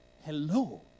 Hello